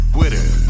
Twitter